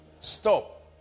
Stop